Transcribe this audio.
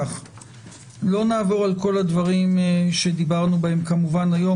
לא נעבור על כל הדברים שדיברנו עליהם היום.